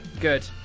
Good